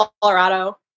Colorado